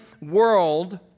world